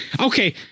okay